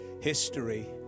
history